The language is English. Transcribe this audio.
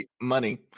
Money